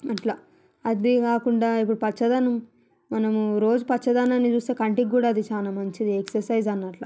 అట్ల అది కాకుండా ఇప్పుడు పచ్చదనం మనం రోజు పచ్చదనాన్ని చూస్తే కంటికి కూడా అది చానా మంచిది ఎక్ససైజ్ అన్నట్లు